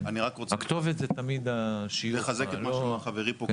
אני רוצה לחזק את מה שאמר חברי פה,